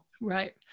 Right